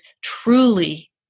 truly